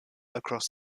across